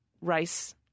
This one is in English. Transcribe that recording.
race